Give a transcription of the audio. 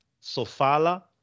Sofala